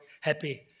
happy